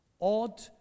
odd